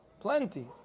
Plenty